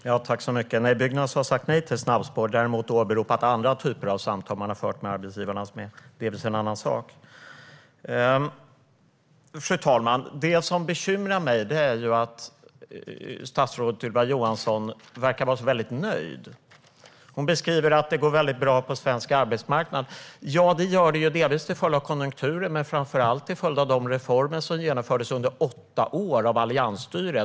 Fru talman! Nej, Byggnads har sagt nej till snabbspår. Däremot har man fört andra typer av samtal med arbetsgivarna. Det är delvis en annan sak. Fru talman! Det som bekymrar mig är att statsrådet Ylva Johansson verkar vara väldigt nöjd. Hon beskriver att det går väldigt bra på svensk arbetsmarknad. Ja, det gör det delvis till följd av konjunkturen, men framför allt till följd av de reformer som genomfördes under åtta år av alliansstyre.